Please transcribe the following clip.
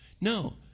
No